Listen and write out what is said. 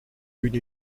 une